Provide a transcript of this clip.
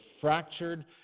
fractured